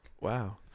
Wow